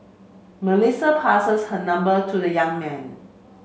Melissa passes her number to the young man